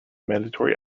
mandatory